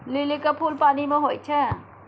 लिली के फुल पानि मे होई छै